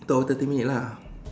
oh thirty minute lah